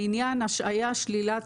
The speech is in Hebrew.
לעניין השהייה, שלילה.